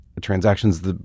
transactions –